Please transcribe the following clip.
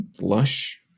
lush